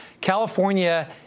California